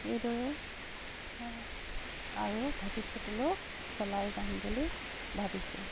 এইদৰে আৰু ভৱিষ্যতলৈয়ো চলাই যাম বুলি ভাবিছোঁ